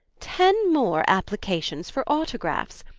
ten more applications for autographs?